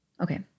okay